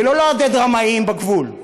ולא לעודד רמאים בגבול.